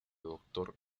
doctor